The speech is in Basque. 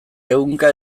ehunka